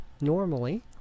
normally